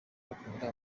bakunda